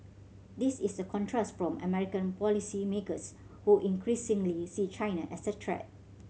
this is a contrast from American policymakers who increasingly see China as a threat